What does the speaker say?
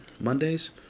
Mondays